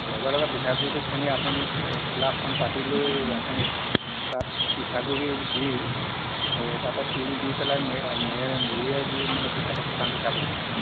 লগে লগে পিঠাগুৰিটো খুন্দি আপুনি খোলাখন পাতিলৈ আপুনি তাত পিঠাগুৰি দি তাতে তিল দি পেলাই মেৰিয়াই দি মানে পিঠাটো শুকান পিঠা বনোৱা হয়